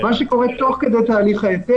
מה שקורה תוך כדי תהליך ההיתר,